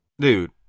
Dude